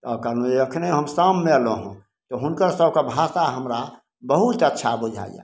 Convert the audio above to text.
तऽ कहलहुँ जे एखने शाममे अयललहुँहँ तऽ हुनकर सबके भाषा हमरा बहुत अच्छा बुझाइए